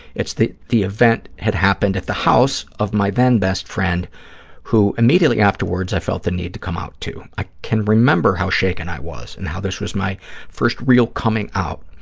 it's that the event had happened at the house of my then-best friend who immediately afterwards i felt the need to come out to. i can remember how shaken i was and how this was my first real coming out.